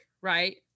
right